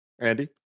Andy